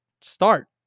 start